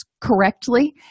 correctly